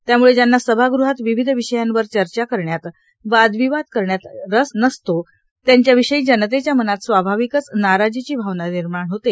त्याम्ळे ज्यांना सभागृहात विविध विषयांवर चर्चा करण्यात वादविवाद करण्यात ज्यांना रस नसतो त्यांच्याविषयी जनतेच्या मनात स्वाभाविकच नाराजीची भावना निर्माण होते